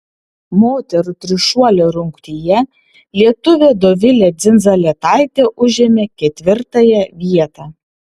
moterų trišuolio rungtyje lietuvė dovilė dzindzaletaitė užėmė ketvirtąją vietą